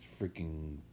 freaking